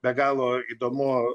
be galo įdomu